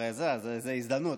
זאת הזדמנות.